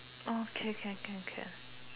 orh okay can can can